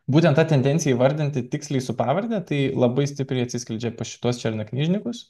būtent tą tendenciją įvardinti tiksliai su pavarde tai labai stipriai atsiskleidžia pas šituos černaknyžnikus